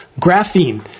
graphene